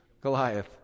Goliath